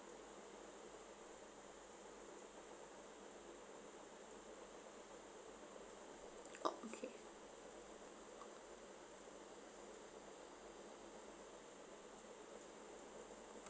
oh okay